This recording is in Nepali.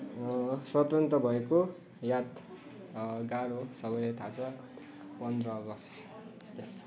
स्वतन्त्र भएको यादगार हो सबैलाई थाहा छ पन्ध्र अगस्त